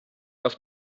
auf